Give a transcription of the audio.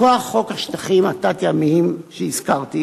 מכוח חוק השטחים התת-ימיים שהזכרתי